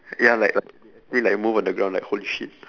ya like like they actually like move on the ground like holy shit